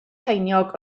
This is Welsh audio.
ceiniog